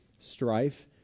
strife